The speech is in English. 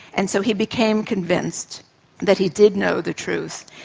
and so he became convinced that he did know the truth,